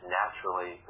naturally